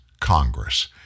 Congress